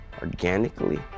organically